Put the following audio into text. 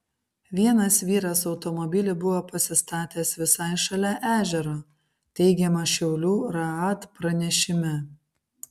vienas vyras automobilį buvo pasistatęs visai šalia ežero teigiama šiaulių raad pranešime